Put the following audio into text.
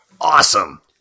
awesome